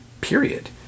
period